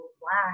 black